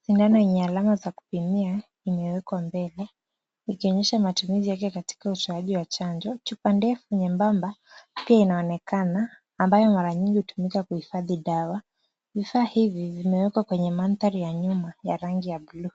sindano yenye alama za kupimia imewekwa mbele ikionyesha matumizi yake katika ushahidi wa chanjo? Chupa ndefu nyembamba pia inaonekana ambayo mara nyingi hutumika kuhifadhi dawa. Vifaa hivi vimeoko kwenye manthari ya nyuma ya rangi ya bluu.